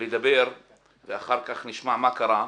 לדבר ואחר כך נשמע מה קרה,